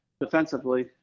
defensively